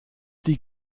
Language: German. die